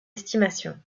estimations